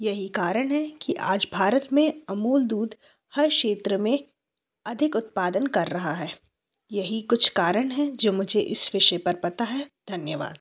यही करण है कि आज भारत में अमूल दूध हर क्षेत्र में अधिक उत्पादन कर रहा है यही कुछ कारण है जो मुझे इस विषय पर पता है धन्यवाद